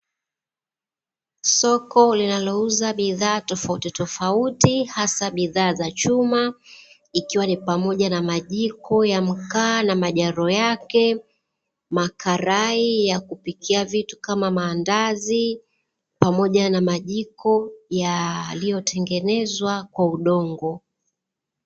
Soko linalouza bidhaa tofauti tofauti hasa bidhaa za chuma ikiwa ni pamoja na majiko ya mkaa na majaro yake, makarai ya kupikia vitu kama maandazi pamoja na majiko yaliyotengenezwa kwa udongo.